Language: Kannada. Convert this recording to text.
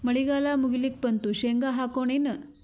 ಮಳಿಗಾಲ ಮುಗಿಲಿಕ್ ಬಂತು, ಶೇಂಗಾ ಹಾಕೋಣ ಏನು?